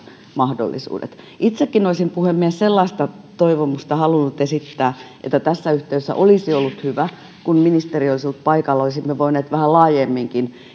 mahdollisuudet itsekin olisin puhemies sellaista toivomusta halunnut esittää että tässä yhteydessä olisi ollut hyvä kun ministeri olisi ollut paikalla olisimme voineet vähän laajemminkin